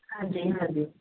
ਹਾਂਜੀ ਹਾਂਜੀ